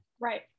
right